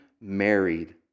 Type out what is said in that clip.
married